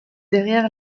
derrière